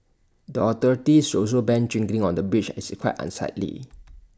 the authorities should also ban drinking on the bridge as it's quite unsightly